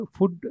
Food